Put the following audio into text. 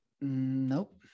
Nope